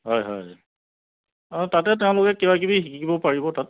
হয় হয় তাতে তেওঁলোকে কিবা কিবি শিকিব পাৰিব তাত